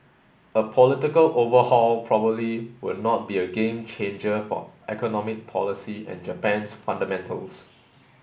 a political overhaul probably will not be a game changer for economic policy and Japan's fundamentals